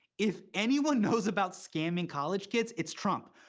if anyone knows about scamming college kids, it's trump.